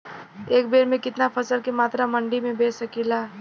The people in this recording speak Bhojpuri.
एक बेर में कितना फसल के मात्रा मंडी में बेच सकीला?